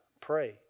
pray